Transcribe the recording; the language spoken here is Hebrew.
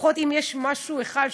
לפחות אם יש משהו אחד,